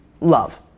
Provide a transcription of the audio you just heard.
love